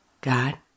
God